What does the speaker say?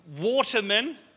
watermen